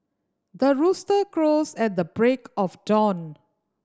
the rooster crows at the break of dawn